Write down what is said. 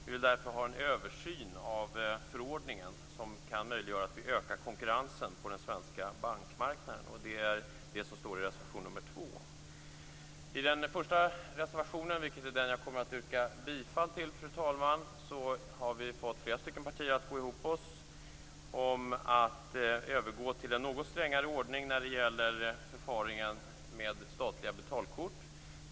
Vi vill därför ha en översyn av förordningen som kan möjliggöra att vi ökar konkurrensen på den svenska bankmarknaden. Det är det som står i reservation 2. Den första reservationen är den som jag kommer att yrka bifall till, fru talman. I den har vi fått flera partier att gå ihop om att övergå till en något strängare ordning när det gäller förfarandet med statliga betalkort.